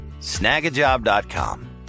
snagajob.com